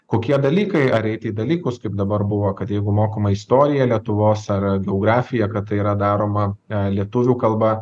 kokie dalykai ar eit į dalykus kaip dabar buvo kad jeigu mokoma istorija lietuvos ar geografija kad tai yra daroma lietuvių kalba